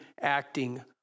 acting